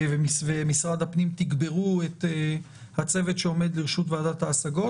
ומשרד הפנים תגברו את הצוות שעומד לרשות ועדת ההשגות,